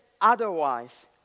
otherwise